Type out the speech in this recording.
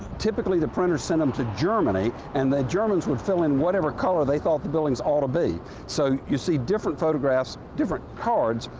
typically the printers sent them to germany and then the germans would fill in whatever color they thought the buildings ought to be. so you see different photographs, different cards,